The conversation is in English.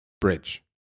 bridge